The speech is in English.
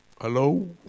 Hello